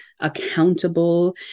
accountable